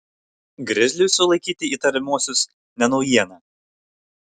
grizliui sulaikyti įtariamuosius ne naujiena